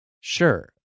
sure